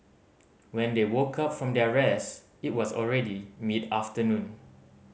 when they woke up from their rest it was already mid afternoon